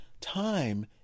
time